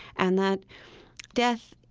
and that death,